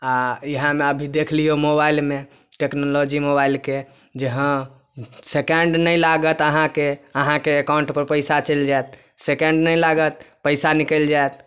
आओर इहएमे अभी देख लिऔ मोबाइलमे टेक्नोलॉजी मोबाइलके जे हँ सेकेण्ड नहि लागत अहाँके अहाँके एकाउण्टपर पइसा चलि जाएत सेकेण्ड नहि लागत पइसा निकलि जाएत